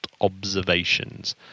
observations